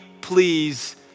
please